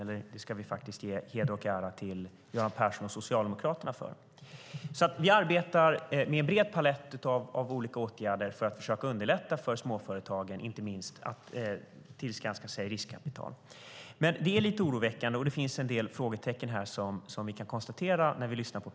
Här ska vi faktiskt ge heder och ära till Göran Persson och Socialdemokraterna. Vi arbetar med en bred palett av olika åtgärder för att försöka underlätta för småföretagen att tillskansa sig riskkapital. Det är lite oroväckande att lyssna på Peter Persson, och det finns en del frågetecken.